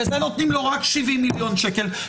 ולזה נותנים רק 70,000,000 שקל.